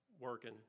working